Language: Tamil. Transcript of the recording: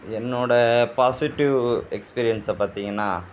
என்னோட பாசிட்டிவ் எக்ஸ்பீரியன்ஸை பார்த்திங்கன்னா